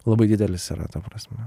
labai didelis yra ta prasme